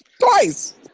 Twice